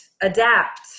adapt